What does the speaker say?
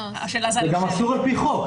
אני מזכיר שזה גם אסור על פי חוק,